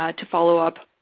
ah to follow up,